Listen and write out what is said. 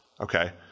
Okay